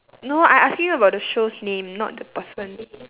no I asking you about the show's name not the person